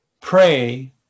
Pray